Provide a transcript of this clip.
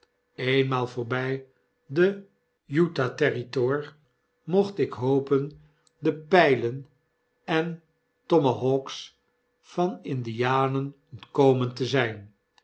eenmaal voorbij de buat terop mocht ik hopen de pylen en tomahawks derlndianen ontkomen te zyn